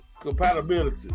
compatibility